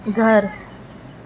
گھر